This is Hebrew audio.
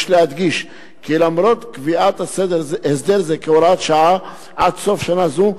יש להדגיש כי למרות קביעת הסדר זה כהוראת שעה עד סוף שנה זו,